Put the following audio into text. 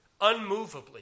unmovably